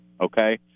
Okay